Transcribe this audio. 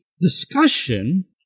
discussion